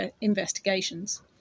investigations